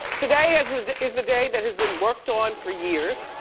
today is and is the day that has been worked on for years